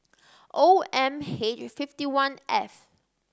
O M H fifty one F